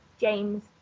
James